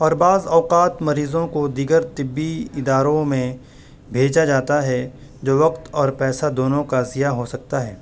اور بعض اوقات مریضوں کو دیگر طبی اداروں میں بھیجا جاتا ہے جو وقت اور پیسہ دونوں کا ضیاع ہو سکتا ہے